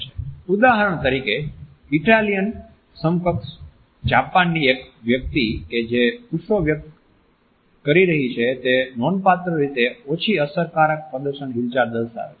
ઉદાહરણ તરીકે ઇટાલિયન સમકક્ષ જાપાનની એક વ્યક્તિ કે જે ગુસ્સો વ્યક્ત કરી રહી છે તે નોંધપાત્ર રીતે ઓછી અસરકારક પ્રદર્શન હિલચાલ દર્શાવે છે